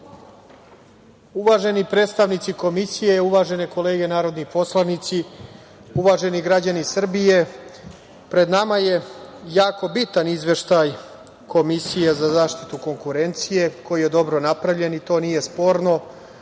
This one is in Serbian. predstavnici Komisije, uvažene kolege narodni poslanici, uvaženi građani Srbije, pred nama je jako bitan izveštaj Komisije za zaštitu konkurencije koji je dobro napravljen i to nije sporno.